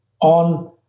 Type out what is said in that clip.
on